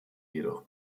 jedoch